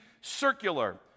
circular